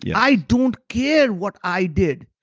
yeah i don't care what i did.